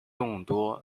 众多